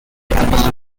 upon